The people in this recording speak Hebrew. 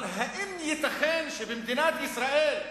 אבל האם ייתכן שבמדינת ישראל,